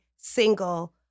single